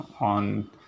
on